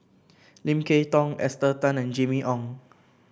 Lim Kay Tong Esther Tan and Jimmy Ong